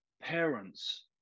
parents